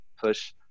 push